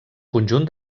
conjunt